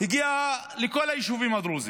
הגיעה לכל היישובים הדרוזיים,